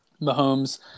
Mahomes